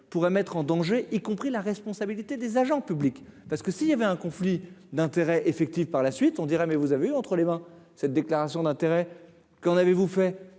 pourrait mettre en danger, y compris la responsabilité des agents publics parce que si il y avait un conflit d'intérêt effective par la suite, on dirait : mais vous avez eu entre les mains, cette déclaration d'intérêt qu'on avait vous fait et